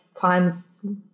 times